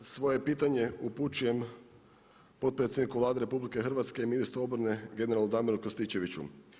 Svoje pitanje upućujem potpredsjedniku Vlade RH i ministru obrane generalu Damiru Krstičeviću.